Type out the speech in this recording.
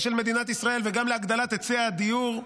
של מדינת ישראל וגם להגדלת היצע הדיור.